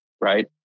Right